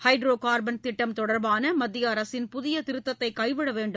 hydro carbon திட்டம் தொடர்பான மத்திய அரசின் புதிய திருத்தத்தை கைவிட வேண்டும்